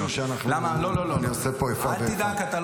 שלא יגידו שאנחנו, שאני עושה פה איפה ואיפה.